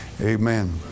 Amen